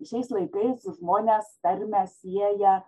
šiais laikais žmonės tarmę sieja